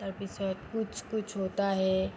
তাৰ পিছত কুচ কুচ হোতা হে